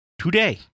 today